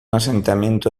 asentamiento